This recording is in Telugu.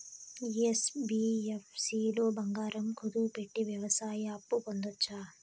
యన్.బి.యఫ్.సి లో బంగారం కుదువు పెట్టి వ్యవసాయ అప్పు పొందొచ్చా?